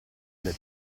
alle